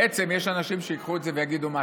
בעצם יש אנשים שייקחו את זה ויגידו: מה,